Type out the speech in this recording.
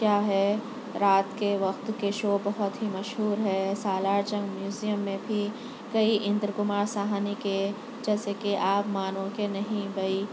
کیا ہے رات کے وقت کے شو بہت ہی مشہور ہے سالارجنگ میوزیم میں بھی کئی اندرکمار ساہنی کے جیسے کہ آپ مانو کے نہیں بھائی